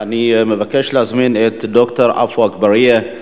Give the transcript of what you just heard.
אני מבקש להזמין את ד"ר עפו אגבאריה,